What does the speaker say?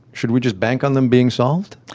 should we just bank on them being solved?